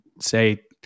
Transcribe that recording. say